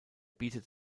bietet